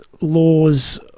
laws